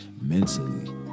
mentally